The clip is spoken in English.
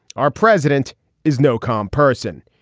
our president is no com person.